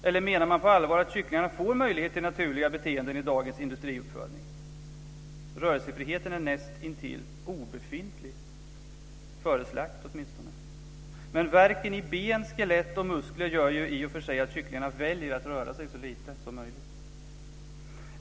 Eller menar man på allvar att kycklingarna får möjlighet till naturliga beteenden i dagens industriuppfödning? Rörelsefriheten är näst intill obefintlig - före slakt åtminstone. Men värken i ben, skelett och muskler gör i och för sig att kycklingarna väljer att röra sig så lite som möjligt.